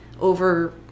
over